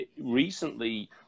recently